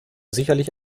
sicherlich